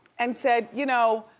and said, you know,